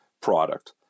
product